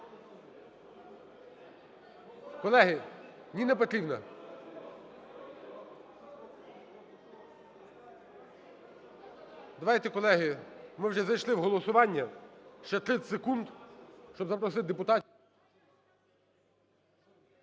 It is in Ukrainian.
Колеги, Ніна Петрівна, давайте, колеги, ми вже зайшли в голосування, ще 30 секунд, щоб запросити депутатів.